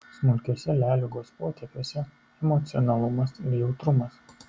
smulkiuose leliugos potėpiuose emocionalumas ir jautrumas